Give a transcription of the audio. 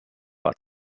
war